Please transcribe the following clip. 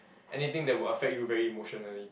anything that will affect you very emotionally